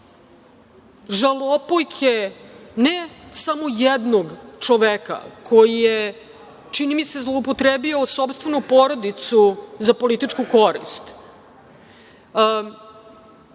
žalopojke, ne samo jednog čoveka koji je čini mi se zloupotrebio sopstvenu porodicu za političku korist